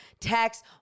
text